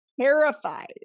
terrified